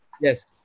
Yes